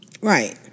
Right